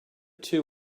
two